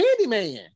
Candyman